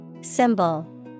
Symbol